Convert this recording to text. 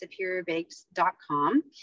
superiorbakes.com